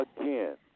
again